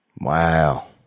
Wow